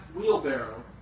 wheelbarrow